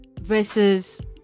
versus